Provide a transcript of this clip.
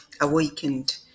awakened